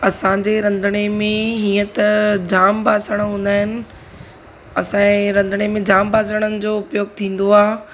असांजे रंधिणे में हीअं त जाम बासण हूंदा आहिनि असांजे रंधिणे में जाम बासणनि जो उपयोगु थींदो आहे